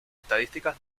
estadísticas